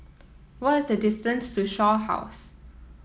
what is the distance to Shaw House